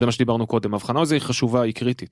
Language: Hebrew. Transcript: זה מה שדיברנו קודם, האבחנה הזו, היא חשובה, היא קריטית.